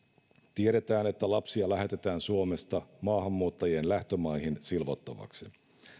tiedetään että lapsia lähetetään suomesta maahanmuuttajien lähtömaihin silvottavaksi